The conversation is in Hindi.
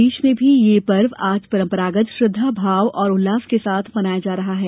प्रदेश में भी ये पर्व आज परंपरागत श्रद्वा और उल्लास के साथ मनाया जा रहा है